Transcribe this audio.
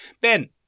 Ben